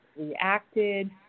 reacted